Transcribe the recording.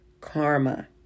karma